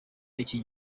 iki